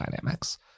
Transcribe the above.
dynamics